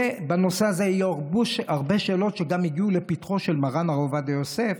בנושא הזה היו הרבה שאלות שגם הגיעו לפתחו של מרן הרב עובדיה יוסף: